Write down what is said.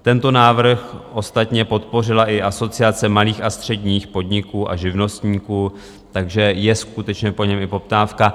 Tento návrh ostatně podpořila i Asociace malých a středních podniků a živnostníků, takže je skutečně po něm i poptávka.